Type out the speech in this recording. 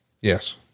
Yes